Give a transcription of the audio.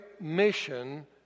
mission